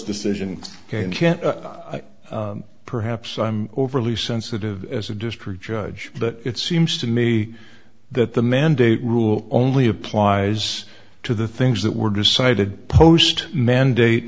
decision perhaps i'm overly sensitive as a district judge but it seems to me that the mandate rule only applies to the things that were decided post mandate